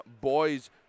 boys